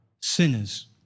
Sinners